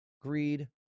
Greed